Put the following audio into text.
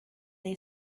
lay